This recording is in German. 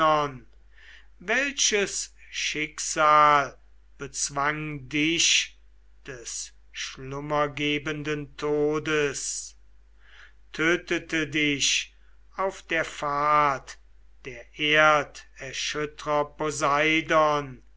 welches schicksal bezwang dich des schlummergebenden todes tötete dich auf der fahrt der erderschüttrer